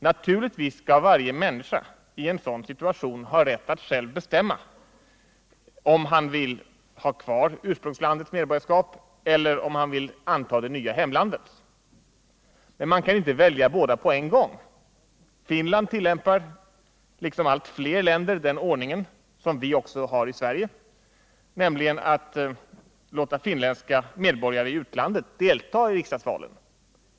Naturligtvis skall varje människa i en sådan situation ha rätt att själv bestämma om han vill ha kvar ursprungslandets medborgarskap eller om han vill anta det nya hemlandets. Men man kan inte välja båda på en gång. Finland tillämpar liksom allt fler länder den ordning som viockså har i Sverige, nämligen att låta finländska medborgare i utlandet delta i riksdagsvalen.